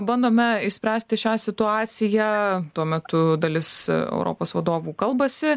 bandome išspręsti šią situaciją tuo metu dalis europos vadovų kalbasi